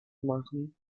machen